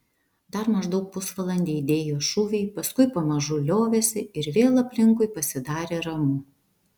dar maždaug pusvalandį aidėjo šūviai paskui pamažu liovėsi ir vėl aplinkui pasidarė ramu